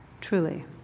truly